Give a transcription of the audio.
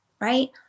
right